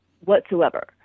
whatsoever